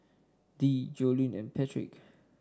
Dee Joellen and Patric